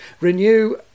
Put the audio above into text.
Renew